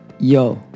Yo